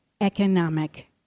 economic